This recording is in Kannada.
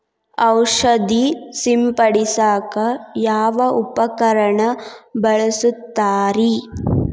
ಔಷಧಿ ಸಿಂಪಡಿಸಕ ಯಾವ ಉಪಕರಣ ಬಳಸುತ್ತಾರಿ?